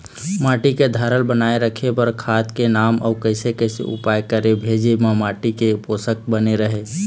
माटी के धारल बनाए रखे बार खाद के नाम अउ कैसे कैसे उपाय करें भेजे मा माटी के पोषक बने रहे?